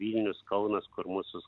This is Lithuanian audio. vilnius kaunas kur mūsų